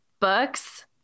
books